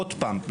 עוד פעם,